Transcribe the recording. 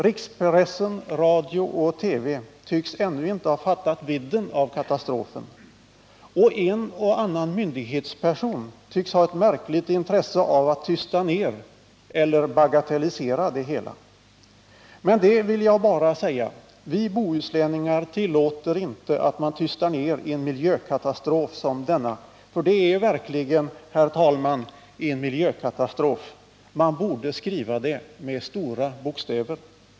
Rikspressen, radio och TV tycks ännu inte ha fattat vidden av katastrofen. Och en och annan myndighetsperson tycks ha ett märkligt intresse av att tysta ner eller att bagatellisera det hela. Men det vill jag bara säga: Vi bohuslänningar tillåter inte att man tystar ner en miljökatastrof som denna. För det är verkligen, herr talman, en miljökatastrof. Man borde skriva ordet med stora bokstäver.